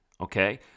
Okay